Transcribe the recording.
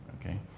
okay